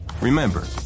Remember